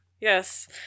Yes